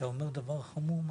אתה אומר דבר חמור ממש.